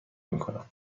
میکنم